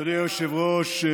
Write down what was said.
אדוני היושב-ראש,